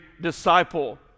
Disciple